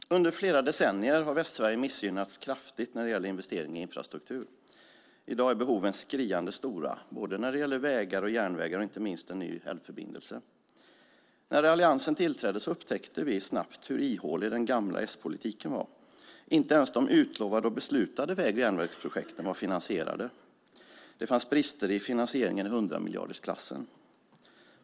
Herr talman! Under flera decennier har Västsverige missgynnats kraftigt när det gäller investering i infrastruktur. I dag är behoven skriande stora, när det gäller både vägar och järnvägar och inte minst en ny älvförbindelse. När Alliansen tillträdde upptäckte vi snabbt hur ihålig den gamla s-politiken var - inte ens de utlovade och beslutade väg och järnvägsprojekten var finansierade. Det fanns brister i finansieringen i 100-miljardersklassen.